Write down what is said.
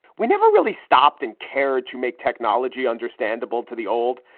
we never really stopped and cared to make technology understandable to the old.